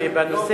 הבא,